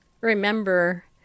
Remember